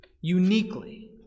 uniquely